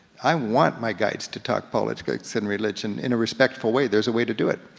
i want my guides to talk politics and religion in a respectful way, there's a way to do it.